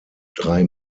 drei